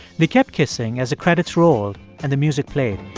they kept kissing as the credits rolled and the music played